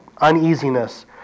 uneasiness